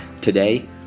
Today